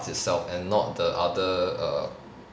itself and not the other err